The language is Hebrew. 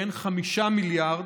כן, 5 מיליארד,